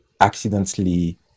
accidentally